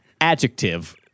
Adjective